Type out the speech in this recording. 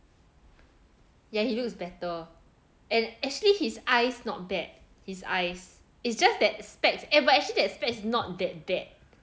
ya he looks better and actually his eyes not bad his eyes it's just that specs eh actually that specs it's not that bad